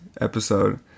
episode